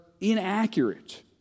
inaccurate